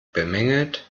bemängelt